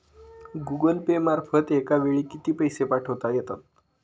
Google Pay मार्फत एका वेळी किती पैसे पाठवता येतात?